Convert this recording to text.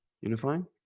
unifying